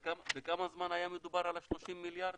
עמי, בכמה זמן היה מדובר על ה-30 מיליארד?